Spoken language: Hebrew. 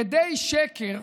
עדי שקר,